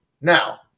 now